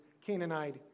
Canaanite